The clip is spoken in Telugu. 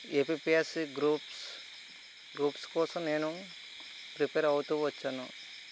ఏపిపిఎస్సీ గ్రూప్స్ గ్రూప్స్ కోసం నేను ప్రిపేర్ అవుతూ వచ్చాను